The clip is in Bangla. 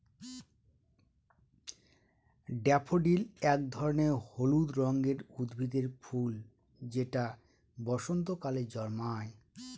ড্যাফোডিল এক ধরনের হলুদ রঙের উদ্ভিদের ফুল যেটা বসন্তকালে জন্মায়